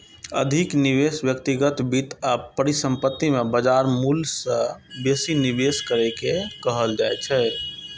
अधिक निवेश व्यक्तिगत वित्त आ परिसंपत्ति मे बाजार मूल्य सं बेसी निवेश कें कहल जाइ छै